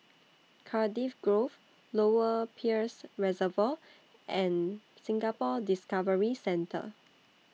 Cardiff Grove Lower Peirce Reservoir and Singapore Discovery Centre